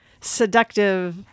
seductive